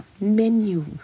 menu